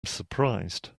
surprised